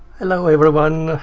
hello everyone!